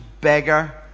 beggar